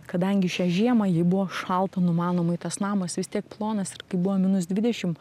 kadangi šią žiemą jai buvo šalta numanomai tas namas vis tiek plonas ir kai buvo minus dvidešim